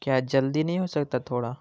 کیا جلدی نہیں ہو سکتا تھوڑا